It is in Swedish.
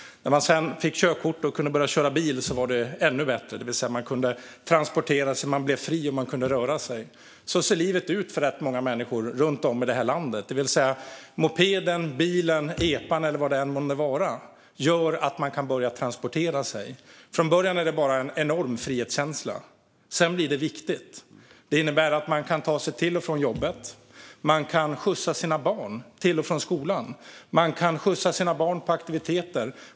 När man sedan fick körkort och kunde börja köra bil var det ännu bättre. Man kunde transportera sig. Man blev fri och kunde röra sig. Så ser livet ut för rätt många människor runt om i det här landet. Mopeden, bilen, epan eller vad det än månde vara gör att man kan börja transportera sig. Från början är det bara en enorm frihetskänsla. Sedan blir det viktigt. Det innebär att man kan ta sig till och från jobbet. Man kan skjutsa sina barn till och från skolan och till aktiviteter.